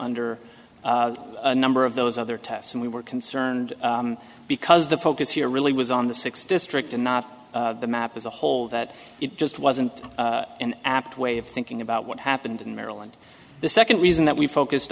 under a number of those other tests and we were concerned because the focus here really was on the sixth district and not the map as a whole that it just wasn't an apt way of thinking about what happened in maryland the second reason that we focused